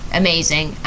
amazing